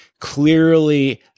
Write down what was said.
clearly